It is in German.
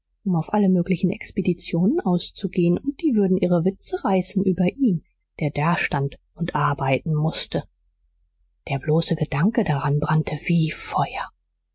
um auf alle möglichen expeditionen auszugehen und die würden ihre witze reißen über ihn der dastand und arbeiten mußte der bloße gedanke daran brannte wie feuer